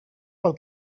pel